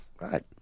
Right